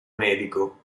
medico